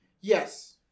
yes